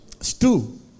Stew